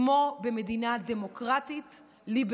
כמו במדינה דמוקרטית-ליברלית,